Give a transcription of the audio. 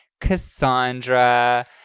Cassandra